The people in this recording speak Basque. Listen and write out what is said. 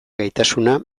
gaitasuna